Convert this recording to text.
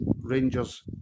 Rangers